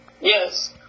Yes